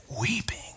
weeping